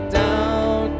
down